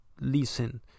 listen